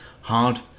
hard